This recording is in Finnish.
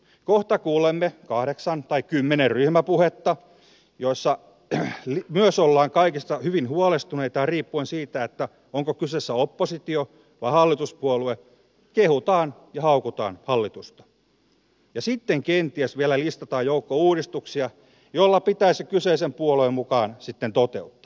kohta kuulemme kahdeksan tai kymmenen ryhmäpuhetta joissa myös ollaan kaikesta hyvin huolestuneita ja riippuen siitä onko kyseessä oppositio vai hallituspuolue kehutaan ja haukutaan hallitusta ja sitten kenties vielä listataan joukko uudistuksia joita pitäisi kyseisen puolueen mukaan sitten toteuttaa